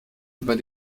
über